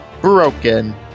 broken